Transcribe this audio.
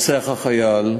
רוצח החייל,